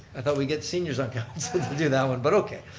i thought we get seniors on council to do that one, but okay.